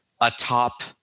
atop